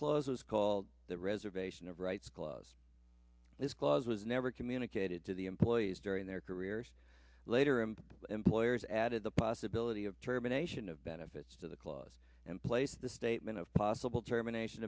clause was called the reservation of rights clause this clause was never communicated to the employees during their careers later and employers added the possibility of germination of benefits to the clause and place the statement of possible germination